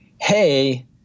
Hey